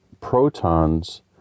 protons